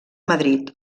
madrid